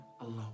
alone